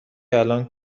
الان